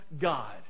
God